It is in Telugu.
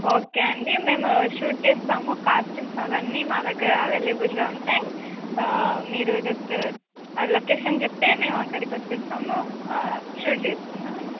ఓకే అండి మేము షూట్ చేస్తాము కాస్ట్యూమ్స్ అవన్నీ మా దగ్గర అవైలబుల్గా ఉంటాయి మీరు జస్ట్ లొకేషన్ చెప్తే మేము అక్కడికి వచ్చేస్తాము షూట్ చేసుకున్నామండి